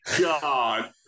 god